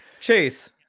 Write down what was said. Chase